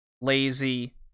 lazy